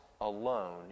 alone